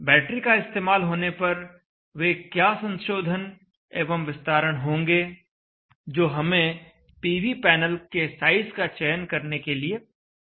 battery का इस्तेमाल होने पर वे क्या संशोधन एवं विस्तारण होंगे जो हमें पीवी पैनल के साइज का चयन करने के लिए करने होंगे